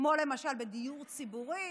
כמו למשל דיור ציבורי,